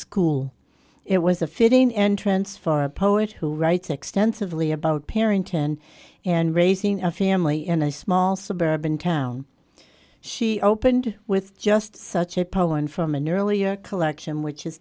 school it was a fitting entrance for a poet who writes extensively about parenting and raising a family in a small suburban town she opened with just such a poem from an earlier collection which is